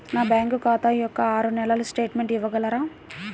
నా బ్యాంకు ఖాతా యొక్క ఆరు నెలల స్టేట్మెంట్ ఇవ్వగలరా?